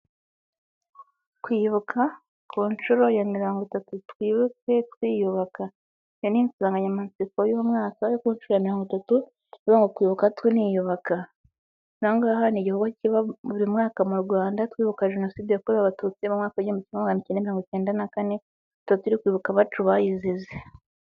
Kwibuka ku nshuro ya mirongo itatu twibuke twiyubaka. Yari insanganyamatsiko y'u mwaka ari nshuro ya mirongo itatu, iba mu kwibuka tuniyubaka ahangaha ni igikorwa kiba buri mwaka mu rwanda twibuka jenoside yakorewe abatutsi mu mwaka w'igihumbi magana acyenda na mirongo icyenda na kane, tuba turi kwibuka abacu bayizize.